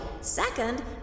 Second